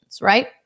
Right